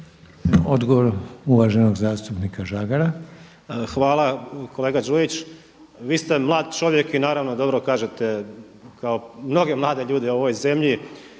Tomislav (Nezavisni)** Hvala. Kolega Đujić vi ste mlad čovjek i naravno dobro kažete kao mnogi mladi ljudi u ovoj zemlji